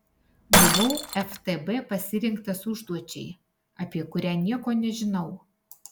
buvau ftb pasirinktas užduočiai apie kurią nieko nežinau